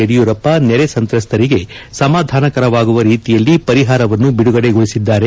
ಯಡಿಯೂರಪ್ಪ ನೆರೆ ಸಂತ್ರಸ್ತರಿಗೆ ಸಮಾಧಾನಕರವಾಗುವ ರೀತಿಯಲ್ಲಿ ಪರಿಹಾರವನ್ನು ಬಿಡುಗಡೆಗೊಳಿಸಿದ್ದಾರೆ